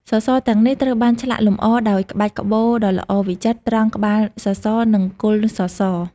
សសរទាំងនេះត្រូវបានឆ្លាក់លម្អដោយក្បាច់ក្បូរដ៏ល្អវិចិត្រត្រង់ក្បាលសសរ និងគល់សសរ។